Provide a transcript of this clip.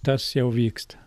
tas jau vyksta